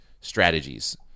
strategies